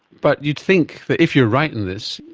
but you'd think, if you're right in this,